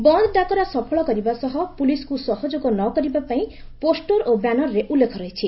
ବନ୍ଦ ଡାକରା ସଫଳ କରିବା ସହ ପୁଲିସ୍କୁ ସହଯୋଗ ନ କରିବା ପାଇଁ ପୋଷ୍ଟର ଓ ବ୍ୟାନର୍ରେ ଉଲ୍ଲେଖ ରହିଛି